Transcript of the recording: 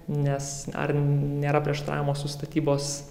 nes ar nėra prieštaravimų su statybos